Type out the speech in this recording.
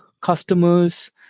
customers